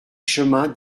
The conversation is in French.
chemin